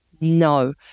No